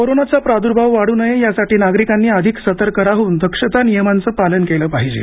कोरोनाचा प्राद्भाव वाढू नये यासाठी नागरिकांनी अधिक सतर्क राहून दक्षता नियमांचं पालन केलं पाहिजे